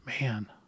man